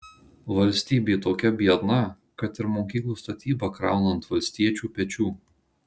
valstybė tokia biedna kad ir mokyklų statybą krauna ant valstiečių pečių